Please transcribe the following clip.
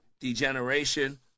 degeneration